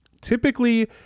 Typically